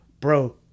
Bro